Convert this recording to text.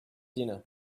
dinner